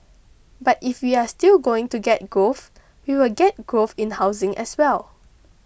but if we are still going to get growth we will get growth in housing as well